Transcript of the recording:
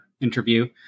interview